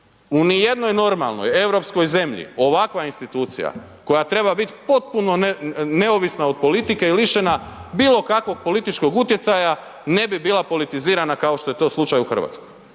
U ni jednoj normalnoj europskoj zemlji ovakva institucija koja treba biti potpuno neovisna od politike i lišena bilo kakvog političkog utjecaja ne bi bila politizirana kao što je to slučaj u Hrvatskoj.